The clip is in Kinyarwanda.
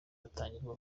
atangirwa